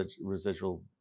residual